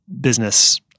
business